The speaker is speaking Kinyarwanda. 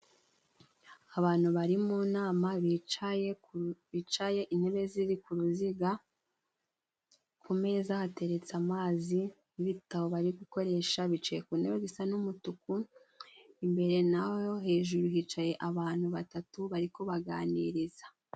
Abantu bari mu nama bicaye ku, bicaye intebe ziri ku ruziga, ku meza hateretse amazi n'ibitabo bari gukoresha, bicaye ku ntebe zisa n'umutuku, imbere naho hejuru hicaye abantu batatu bari kubaganiriza.